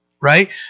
Right